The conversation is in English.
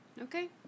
Okay